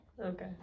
Okay